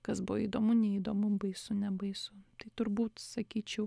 kas buvo įdomu neįdomu baisu nebaisu tai turbūt sakyčiau